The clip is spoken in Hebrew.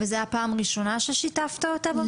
האם זו היתה הפעם הראשונה ששיתפת אותה במקרים?